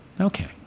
Okay